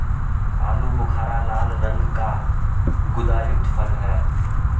आलू बुखारा लाल रंग का गुदायुक्त फल है